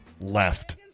left